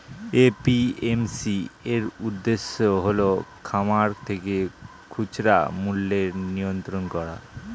APMC এর উদ্দেশ্য হল খামার থেকে খুচরা মূল্যের নিয়ন্ত্রণ করা